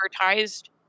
advertised